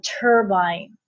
turbine